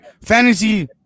fantasy